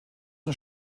und